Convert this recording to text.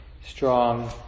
strong